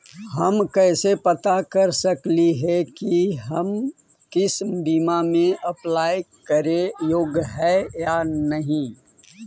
हम कैसे पता कर सकली हे की हम किसी बीमा में अप्लाई करे योग्य है या नही?